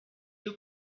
you